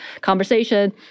conversation